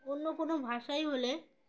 অন্য কোনো ভাষায় হলে